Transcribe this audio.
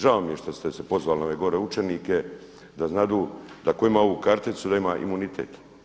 Žao mi je što ste se pozvali na ove gore učenike da znadu da tko ima ovu karticu da ima imunitet.